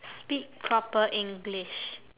speak proper english